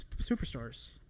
Superstars